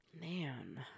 man